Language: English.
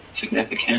significant